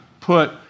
put